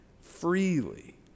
freely